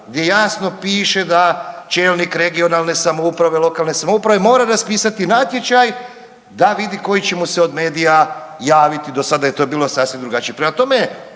gdje jasno piše da čelnik regionalne samouprave, lokalne samouprave mora raspisati natječaj da vidi koji će mu se od medija javiti, do sada je to bilo sasvim drugačije. Prema tome,